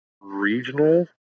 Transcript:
regional